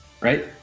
right